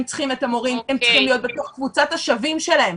הם צריכים את המורים והם צריכים להיות בתוך קבוצת השווים שלהם.